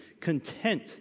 content